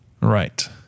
Right